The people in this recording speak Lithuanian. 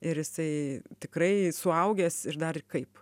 ir jisai tikrai suaugęs ir dar kaip